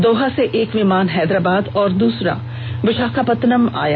दोहा से एक विमान हैदराबाद और दुसरा विशाखापत्तनम आया